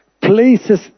places